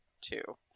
two